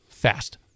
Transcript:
fast